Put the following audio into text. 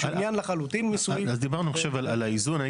דיברנו, אני חושב, על האיזון.